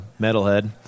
metalhead